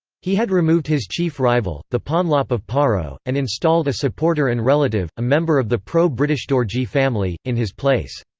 he had removed his chief rival, the ponlop of paro, and installed a supporter and relative, a member of the pro-british dorji family, in his place.